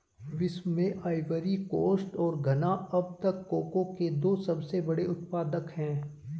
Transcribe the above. विश्व में Ivory Coast और घना अब तक कोको के दो सबसे बड़े उत्पादक है